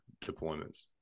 deployments